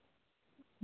हूँ